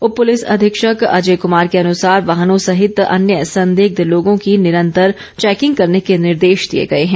उप पुलिस अधीक्षक अजय कुमार के अनुसार वाहनों सहित अन्य संदिग्ध लोगों की निरंतर चैकिंग करने के निर्देश दिए गए हैं